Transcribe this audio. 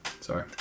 sorry